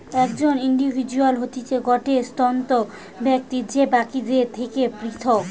একজন ইন্ডিভিজুয়াল হতিছে গটে স্বতন্ত্র ব্যক্তি যে বাকিদের থেকে পৃথক